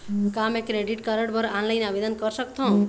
का मैं credit card बर ऑनलाइन आवेदन कर सकथों?